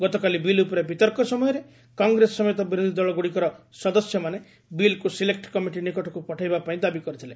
ଗତକାଲି ବିଲ୍ ଉପରେ ବିତର୍କ ସମୟରେ କଂଗ୍ରେସ ସମେତ ବିରୋଧୀଦଳଗ୍ରଡ଼ିକର ସଦସ୍ୟମାନେ ବିଲ୍କୁ ସିଲେକ୍ଟ କମିଟି ନିକଟକୁ ପଠାଇବା ପାଇଁ ଦାବି କରିଥିଲେ